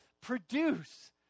produce